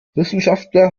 wissenschaftler